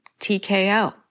TKO